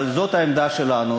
אבל זאת העמדה שלנו,